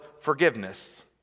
forgiveness